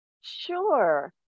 Sure